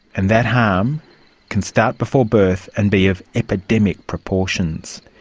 and that harm can start before birth and be of epidemic proportions.